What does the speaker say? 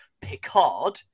picard